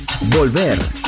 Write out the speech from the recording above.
volver